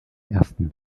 ersten